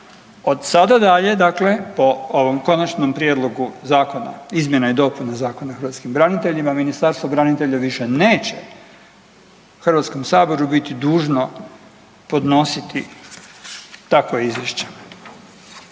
Od sada dalje, dakle po ovom konačnom prijedlogu zakona, izmjena i dopuna Zakona o hrvatskim braniteljima, Ministarstvo branitelja više neće Hrvatskom saboru biti dužno podnositi takva izvješća.